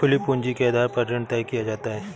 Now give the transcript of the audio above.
खुली पूंजी के आधार पर ऋण तय किया जाता है